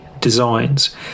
Designs